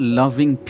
loving